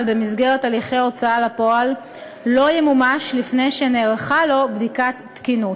במסגרת הליכי הוצאה לפועל לא ימומש לפני שנערכה לו בדיקת תקינות.